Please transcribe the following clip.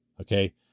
okay